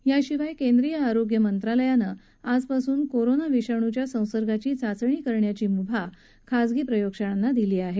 याशिवाय केंद्रीय आरोग्य मंत्रालयानं आजपासून कोरोना विषाणूच्या संसर्गाची चाचणी करण्याची मुभा खासगी लॅबला दिली आहे